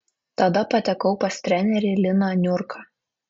tada patekau pas trenerį liną niurką